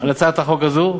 על הצעת החוק הזאת,